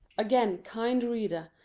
again, kind reader,